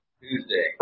Tuesday